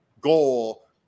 goal